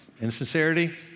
insincerity